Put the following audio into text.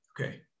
Okay